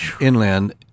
inland